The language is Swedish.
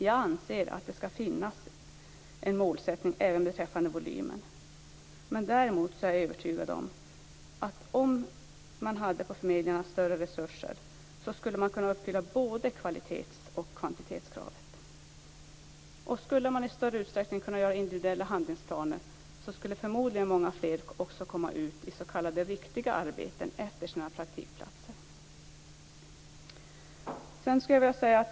Jag anser att det skall finas en målsättning även beträffande volymen. Men däremot är jag övertygad om att om förmedlingarna hade större resurser skulle både kvalitets och kvantitetskravet kunna uppfyllas. Och om man i större utsträckning skulle kunna göra individuella handlingsplaner skulle förmodligen många fler också komma ut i s.k. riktiga arbeten efter sina praktiktjänstgöringar.